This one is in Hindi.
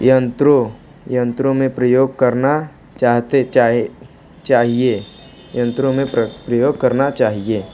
यंत्रो यंत्रो में प्रयोग करना चाहते चाहे चाहिए यंत्रो में प्रयोग करना चाहिए